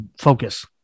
focus